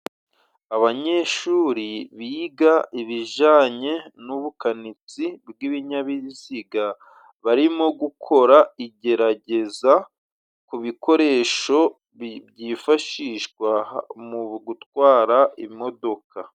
Abanyeshuri biga ibijyanye n'ubukanitsi bw'ibinyabiziga, barimo gukora igerageza ku bikoresho byifashishwa mu gutwara imodoka.